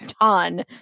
ton